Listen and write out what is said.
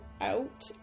out